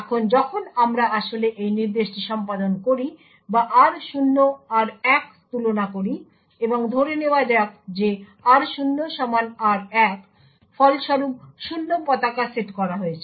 এখন যখন আমরা আসলে এই নির্দেশটি সম্পাদন করি বা r0 r1 তুলনা করি এবং ধরে নেওয়া যাক যে r0 সমান r1 ফলস্বরূপ 0 পতাকা সেট করা হয়েছে